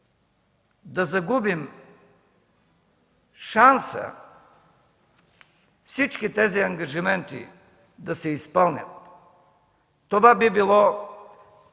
да загубим шанса всички тези ангажименти да се изпълнят. Това би било